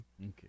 Okay